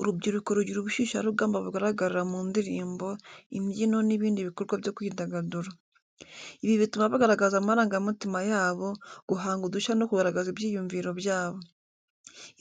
Urubyiruko rugira ubushyushyarugamba bugaragarira mu ndirimbo, imbyino n’ibindi bikorwa byo kwidagadura. Ibi bituma bagaragaza amarangamutima yabo, guhanga udushya no kugaragaza ibyiyumviro byabo.